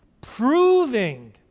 proving